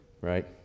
right